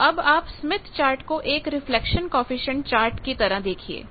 तो अब आप स्मिथ चार्ट को एक रिफ्लेक्शन कॉएफिशिएंट चार्ट की तरह देखिए